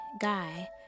Guy